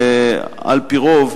ועל-פי רוב,